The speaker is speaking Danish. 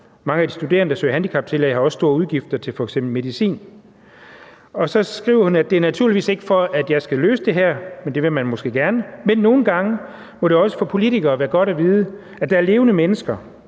Mange af de studerende, der søger handicaptillæg, har også store udgifter til f.eks. medicin. Så skriver hun, at det naturligvis ikke er, for at jeg skal løse det her – men det vil man måske gerne – men at det nogle gange også må være godt for politikere at vide, at der er levende mennesker,